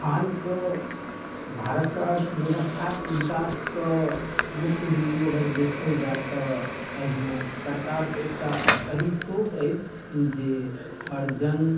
हालके भारतके अर्थव्यवस्थाके विकासके मुख्य बिन्दू अगर देखल जाइ तऽ एहिमे सरकारके एकटा सही सोच अछि जे हर जन